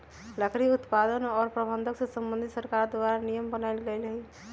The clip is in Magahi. लकड़ी उत्पादन आऽ प्रबंधन से संबंधित सरकार द्वारा नियम बनाएल गेल हइ